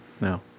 No